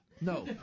No